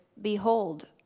Behold